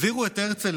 הזהירו את הרצל